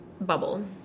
bubble